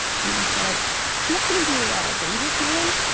and i said it's not going to be ah dangerous marwan.